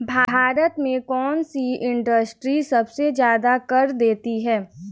भारत में कौन सी इंडस्ट्री सबसे ज्यादा कर देती है?